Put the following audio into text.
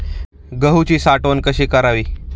गहूची साठवण कशी करावी?